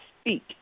speak